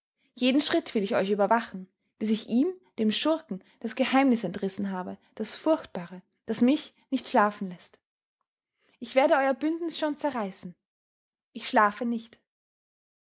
jeden schritt will ich euch überwachen bis ich ihm dem schurken das geheimnis entrissen habe das furchtbare das mich nicht schlafen läßt ich werde euer bündnis schon zerreißen ich schlafe nicht